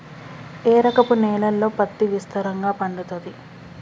ఏ రకపు నేలల్లో పత్తి విస్తారంగా పండుతది?